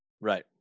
right